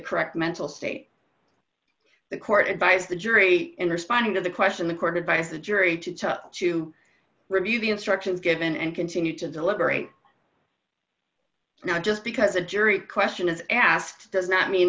correct mental state the court advise the jury in responding to the question the court advice the jury to review the instructions given and continue to deliberate now just because a jury question is asked does not mean